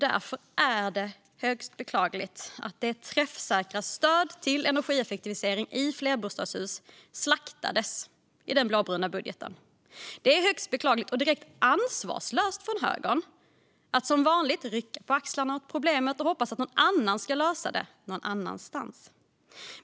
Därför är det högst beklagligt att det träffsäkra stödet till energieffektivisering i flerbostadshus slaktades i den blåbruna budgeten. Det är högst beklagligt och direkt ansvarslöst från högern att som vanligt rycka på axlarna åt problemet och hoppas att någon annan ska lösa det någon annanstans.